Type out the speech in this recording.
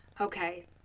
okay